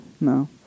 No